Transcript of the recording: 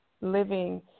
living